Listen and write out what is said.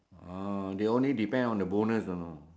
ah they only depend on the bonus you know